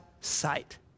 sight